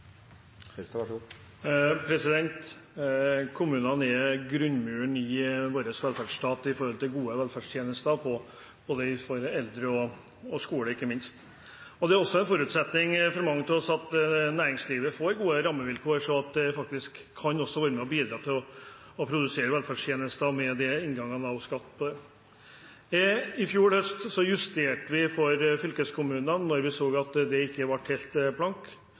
grunnmuren i vår velferdsstat med hensyn til gode velferdstjenester, både for eldre og for skole. Det er også en forutsetning for mange av oss at næringslivet får gode rammevilkår, sånn at de faktisk kan være med og bidra til å produsere velferdstjenester med den skatteinngangen de gir. I fjor høst justerte vi for fylkeskommunene da vi så at det ikke ble helt